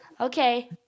Okay